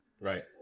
Right